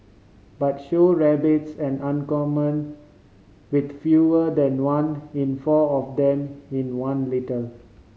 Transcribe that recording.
but show rabbits an uncommon with fewer than one in four of them in one litter